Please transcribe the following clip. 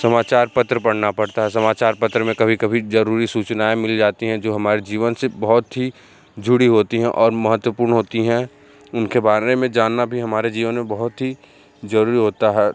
समाचार पत्र पढ़ना पड़ता है समाचार पत्र में कभी कभी ज़रूरी सूचनाएँ मिल जाती हैं जो हमारे जीवन से बहुत ही जुड़ी होती हैं और महत्वपूर्ण होती हैं उनके बारे में जानना भी हमारे जीवन में बहुत ही ज़रूरी होता है